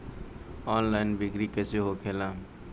Online बिक्री कैसे होखेला?